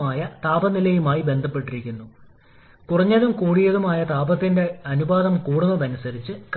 ഉയർന്ന മർദ്ദം ലോപ്രഷർ ടർബൈനുകൾ എന്നിവയുടെ അതേ ആശയം